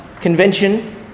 convention